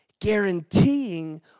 guaranteeing